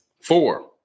four